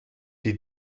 die